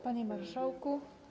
Panie Marszałku!